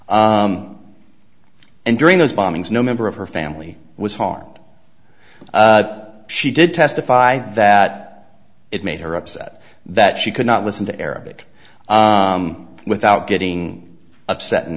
and during those bombings no member of her family was harmed she did testify that it made her upset that she could not listen to arabic without getting upset